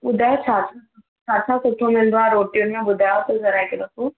ॿुधायो छा छा छा छा सुठो मिलंदो आहे रोटियुनि में ॿुधायो त ज़रा हिक दफ़ो